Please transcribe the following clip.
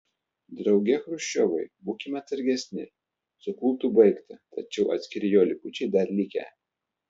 drauge chruščiovai būkime atsargesni su kultu baigta tačiau atskiri jo likučiai dar likę